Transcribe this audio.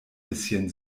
bisschen